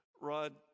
Rod